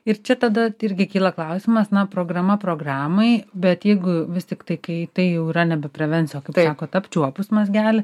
ir čia tada irgi kyla klausimas na programa programai bet jeigu vis tiktai kai tai jau yra nebe prevencija o kaip sakot apčiuopus mazgelį